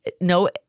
no